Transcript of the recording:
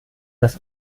das